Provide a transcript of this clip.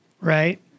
right